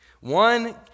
one